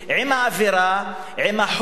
עם האווירה,